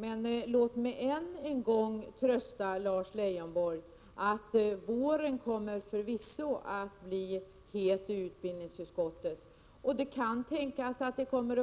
Men låt mig än en gång trösta Lars Leijonborg: Våren kommer förvisso att bli het i utbildningsutskottet, och det kan tänkas att vi kommer